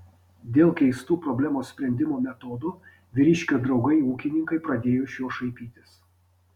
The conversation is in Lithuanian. dėl keistų problemos sprendimo metodų vyriškio draugai ūkininkai pradėjo iš jo šaipytis